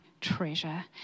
treasure